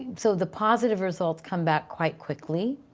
so the positive results come back quite quickly,